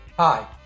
Hi